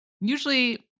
usually